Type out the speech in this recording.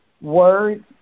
Words